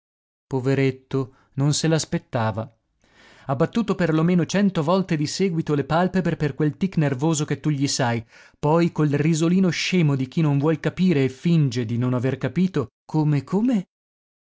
poveretto non se l'aspettava ha battuto per lo meno cento volte di seguito le palpebre per quel tic nervoso che tu gli sai poi col risolino scemo di chi non vuol capire e finge di non aver capito come come